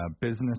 business